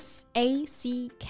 S-A-C-K